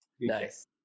nice